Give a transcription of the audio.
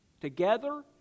together